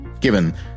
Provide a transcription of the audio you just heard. Given